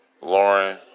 Lauren